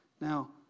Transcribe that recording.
Now